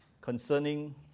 concerning